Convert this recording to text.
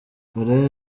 koreya